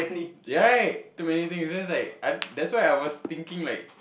right too many things then I was like I that's why I was thinking like